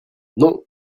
non